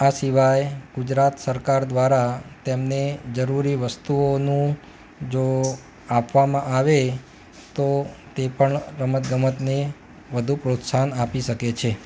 આ સીવાય ગુજરાત સરકાર દ્વારા તેમને જરૂરી વસ્તુઓનું જો આપવામાં આવે તો તે પણ રમત ગમતને વધુ પ્રોત્સાહન આપી શકે છે